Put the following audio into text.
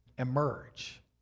emerge